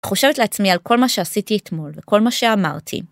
חושבת לעצמי על כל מה שעשיתי אתמול וכל מה שאמרתי.